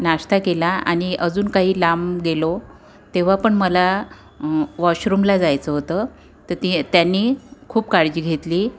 नाश्ता केला आणि अजून काही लांब गेलो तेव्हा पण मला वॉशरूमला जायचं होतं तर त्याने खूप काळजी घेतली